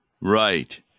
Right